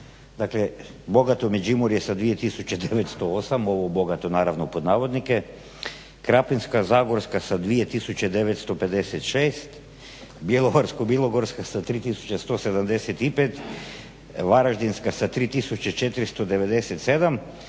Dakle, "bogato" Međimurje sa 2 908, ovo bogato naravno pod navodnike, Krapinsko-zagorska sa 2956, Bjelovarsko-bilogorska sa 3175, Varaždinska sa 3487